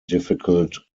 difficult